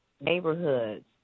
neighborhoods